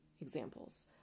examples